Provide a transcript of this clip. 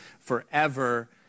forever